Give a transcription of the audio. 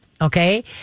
Okay